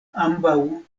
ambaŭ